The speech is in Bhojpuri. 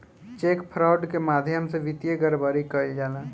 चेक फ्रॉड के माध्यम से वित्तीय गड़बड़ी कईल जाला